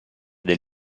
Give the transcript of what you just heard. del